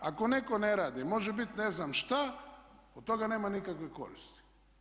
Ako netko ne radi može biti ne znam šta od toga nema nikakve koristi.